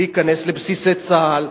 להיכנס לבסיסי צה"ל,